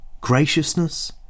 Graciousness